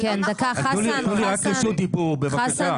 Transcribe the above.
תנו לי רק רשות דיבור, בבקשה.